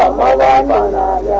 la la la la